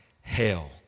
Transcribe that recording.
hell